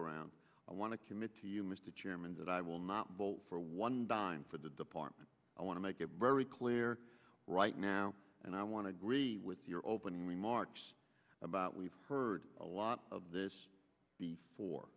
around i want to commit to you mr chairman that i will not vote for one dime for the department i want to make it very clear right now and i want to agree with your opening remarks about we've heard a lot of this before